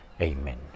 Amen